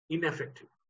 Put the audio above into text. Ineffective